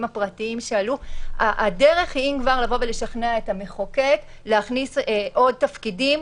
הפרטיים שעלו פה שהדרך לשכנע את המחוקק היא להכניס עוד תפקידים